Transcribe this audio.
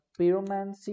Pyromancy